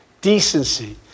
Decency